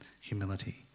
humility